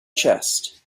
chest